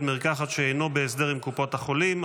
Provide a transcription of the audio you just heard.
מרקחת שאינו בהסדר עם קופת החולים),